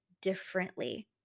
differently